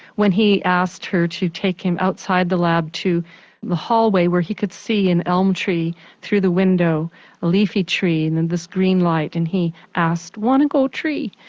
when he asked her to take him outside the lab to the hallway where he could see an elm tree through the window, a leafy tree, and this green light and he asked wanna go tree.